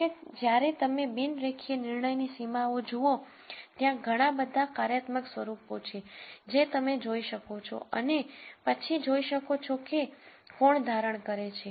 જો કે જ્યારે તમે બિન રેખીય નિર્ણયની સીમાઓ જુઓ ત્યાં ઘણાં બધાં કાર્યાત્મક સ્વરૂપો છે જે તમે જોઈ શકો છો અને પછી જોઈ શકો છો કે કોણ ધારણ કરે છે